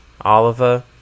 Oliver